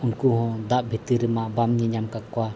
ᱩᱱᱠᱩ ᱦᱚᱸ ᱫᱟᱜ ᱵᱷᱤᱛᱤᱨ ᱨᱮᱢᱟ ᱵᱟᱢ ᱧᱮᱞᱧᱟᱢ ᱠᱟᱠᱚᱣᱟ